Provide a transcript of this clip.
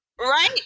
Right